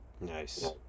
Nice